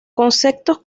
conceptos